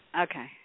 Okay